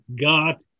got